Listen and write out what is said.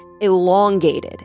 elongated